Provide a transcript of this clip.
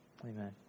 Amen